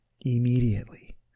immediately